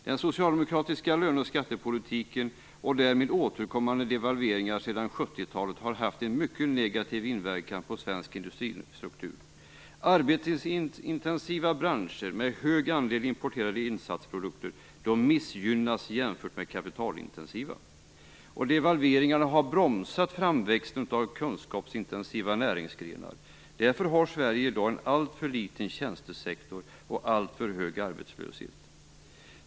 Den socialdemokratiska löne och skattepolitiken och därmed återkommande devalveringar sedan 1970 talet har haft en mycket negativ inverkan på svensk industristruktur. Arbetsintensiva branscher med hög andel importerade insatsprodukter missgynnas jämfört med kapitalintensiva. Devalveringarna har bromsat framväxten av kunskapsintensiva näringsgrenar. Därför har Sverige i dag en alltför liten tjänstesektor och en alltför hög arbetslöshet.